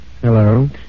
Hello